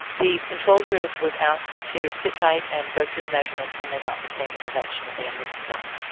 the control group was asked to sit tight and go through the measurements and they got the same intervention at the end of the study.